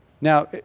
Now